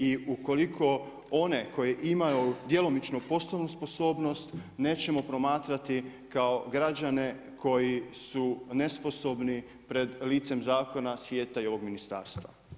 I ukoliko one koji imaju djelomičnu poslovnu sposobnost nećemo promatrati kao građane koji su nesposobni pred licem zakona, svijeta i ovog ministarstva.